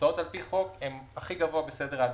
הוצאות על פי חוק הן הכי גבוה בסדר העדיפויות,